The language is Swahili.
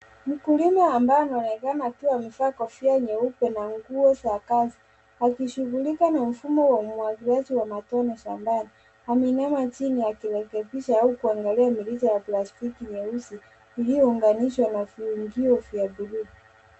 Mkulima ambaye anaonekana akiwa amevaa kofia nyeupe na nguo za kazi akishughulika na mfumo wa umwagiliaji wa matone shambani . Ameinama chini akirekebisha au kuangalia mrija ya plastiki nyeusi iliyounganishwa na viungio vya buluu .